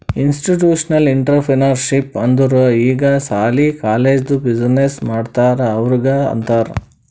institutional entrepreneurship ಅಂದುರ್ ಈಗ ಸಾಲಿ, ಕಾಲೇಜ್ದು ಬಿಸಿನ್ನೆಸ್ ಮಾಡ್ತಾರ ಅವ್ರಿಗ ಅಂತಾರ್